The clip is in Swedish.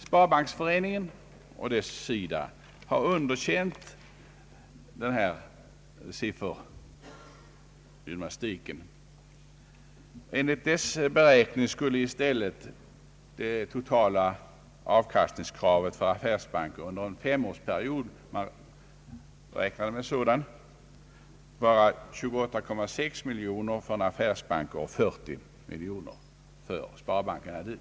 Sparbanksföreningen å sin sida har underkänt denna siffergymnastik. Enligt dess beräkning skulle i stället det totala avkastningskravet under en femårsperiod — man har räknat med en sådan — vara 28,6 miljoner kronor för affärsbankerna och 40 miljoner för sparbankerna.